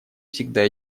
всегда